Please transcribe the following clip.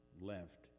left